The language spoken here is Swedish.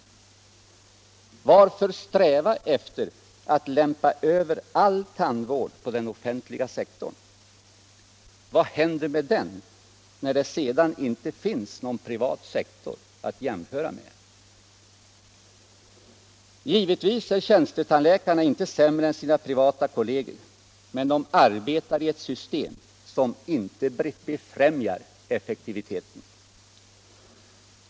Varför sträva efter att lämpa över all tandvård på den offentliga sektorn? Vad händer med den när det sedan inte finns någon privat sektor att jämföra med? Givetvis är tjänstetandläkarna inte sämre än sina privata kolleger, men de arbetar i ett system som inte befrämjar effektiviteten.